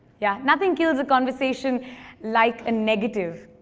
yeah? nothing kills a conversation like a negative.